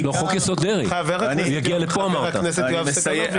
חבר הכנסת יואב סגלוביץ'.